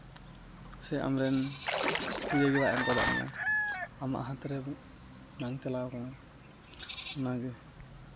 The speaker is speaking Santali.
ᱥᱮ ᱟᱢᱨᱮᱱ ᱤᱭᱟᱹᱜᱮ ᱵᱟᱭ ᱮᱢ ᱟᱠᱟᱣᱟᱫ ᱢᱮᱭᱟ ᱟᱢᱟᱜ ᱦᱟᱛᱨᱮ ᱵᱟᱝ ᱪᱟᱞᱟᱣ ᱠᱟᱱᱟ ᱚᱱᱟᱜᱮ